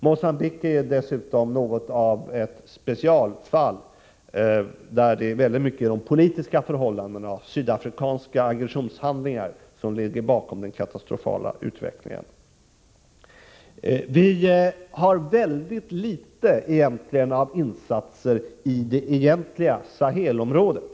Mocambique är dessutom något av ett specialfall, eftersom politiska förhållanden och sydafrikanska aggressionshandlingar till stor del ligger bakom den katastrofala utvecklingen. Väldigt litet av insatser görs i det egentliga Sahelområdet.